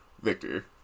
Victor